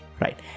right